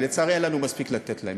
ולצערי, אין לנו מספיק לתת להם.